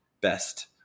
best